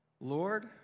Lord